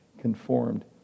conformed